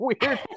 weird